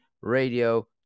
Radio